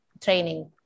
training